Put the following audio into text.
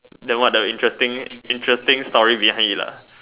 then what a interesting interesting story behind it lah